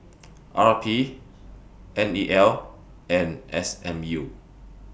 R P N E L and S M U